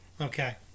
Okay